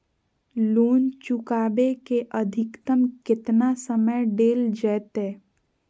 Loan चुकाबे के अधिकतम केतना समय डेल जयते?